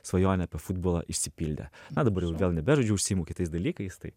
svajonė apie futbolą išsipildė na dabar jau vėl nebežaidžiu užsiimu kitais dalykais tai